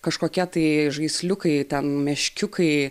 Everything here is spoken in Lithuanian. kažkokie tai žaisliukai meškiukai